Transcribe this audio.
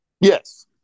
Yes